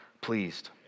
pleased